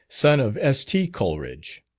son of s t. coleridge.